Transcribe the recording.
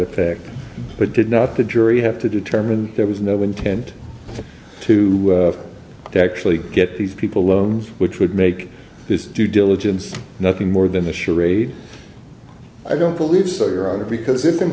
effect but did not the jury have to determine there was no intent to actually get these people loans which would make this due diligence nothing more than a charade i don't believe so your honor because if in